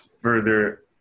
further